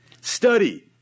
Study